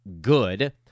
good